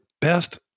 best